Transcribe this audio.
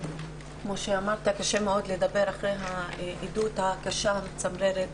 קשה מאוד לדבר אחרי העדות הקשה והמצמררת.